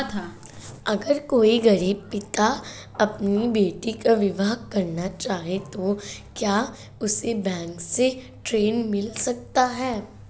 अगर कोई गरीब पिता अपनी बेटी का विवाह करना चाहे तो क्या उसे बैंक से ऋण मिल सकता है?